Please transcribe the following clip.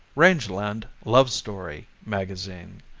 rangeland love story magazine,